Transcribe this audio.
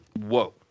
whoa